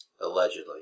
Allegedly